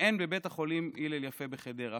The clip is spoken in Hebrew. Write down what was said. שאין בבית החולים הלל יפה בחדרה.